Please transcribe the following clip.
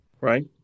right